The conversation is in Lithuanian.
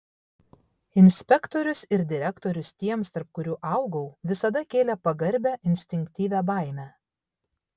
inspektorius ir direktorius tiems tarp kurių augau visada kėlė pagarbią instinktyvią baimę